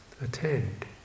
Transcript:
attend